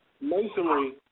masonry